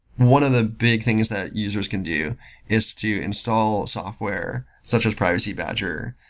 one of the big things that users can do is to install software such as privacy badger,